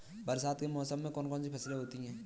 बरसात के मौसम में कौन कौन सी फसलें होती हैं?